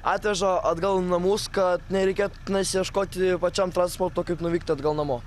atveža atgal į namus kad nereikėtų tenais ieškoti pačiam transporto kaip nuvykti atgal namo